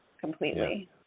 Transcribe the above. completely